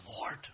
Lord